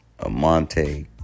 Amante